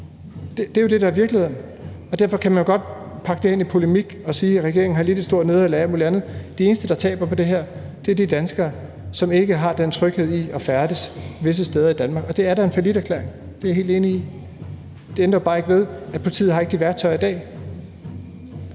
Det er jo det, der er virkeligheden. Så kan man godt pakke det ind i polemik og sige, at regeringen har lidt et stort nederlag og alt muligt andet, men de eneste, der taber på det her, er de danskere, som ikke har den tryghed til at kunne færdes visse steder i Danmark. Og det er da en falliterklæring, det er jeg helt enig i. Det ændrer bare ikke ved, at politiet ikke har de værktøjer i dag.